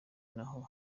naho